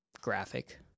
graphic